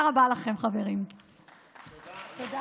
תודה